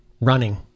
running